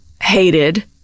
hated